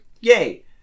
yay